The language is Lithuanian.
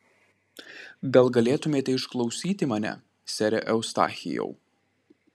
gal galėtumėte išklausyti mane sere eustachijau